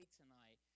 tonight